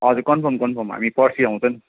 हजुर confirm confirm हामी पर्सि आउँछौँ